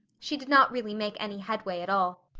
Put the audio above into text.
she did not really make any headway at all.